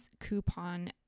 coupon